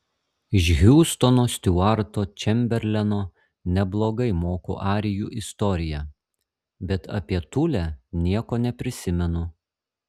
iš hiustono stiuarto čemberleno neblogai moku arijų istoriją bet apie tulę nieko neprisimenu